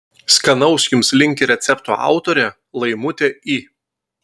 skanaus jums linki recepto autorė laimutė i